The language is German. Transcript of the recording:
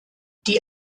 die